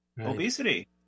Obesity